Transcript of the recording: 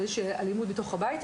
של אלימות בתוך הבית.